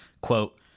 quote